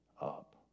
up